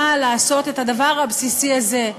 באה לעשות את הדבר הבסיסי הזה: